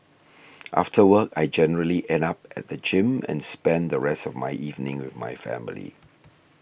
after work I generally end up at the gym and spend the rest of my evening with my family